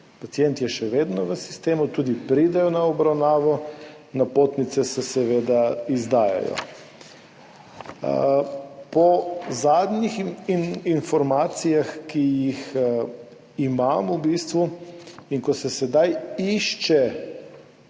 Pacient je še vedno v sistemu, tudi pridejo na obravnavo, napotnice se seveda izdajajo. Po zadnjih informacijah, ki jih imam, in ko se sedaj išče